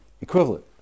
equivalent